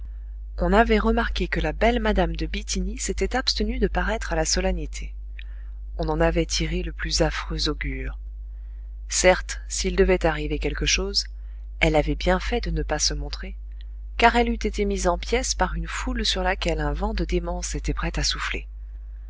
on avait remarqué que la belle mme de bithynie s'était abstenue de paraître à la solennité on en avait tiré le plus affreux augure certes s'il devait arriver quelque chose elle avait bien fait de ne pas se montrer car elle eût été mise en pièces par une foule sur laquelle un vent de démence était prêt à souffler